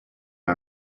âme